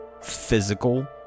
physical